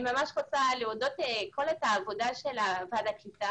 אני ממש רוצה להודות על העבודה של משרד הקליטה